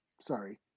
sorry